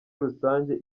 rusange